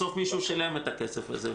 בסוף מישהו שילם את הכסף הזה,